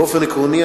באופן עקרוני,